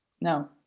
No